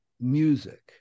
music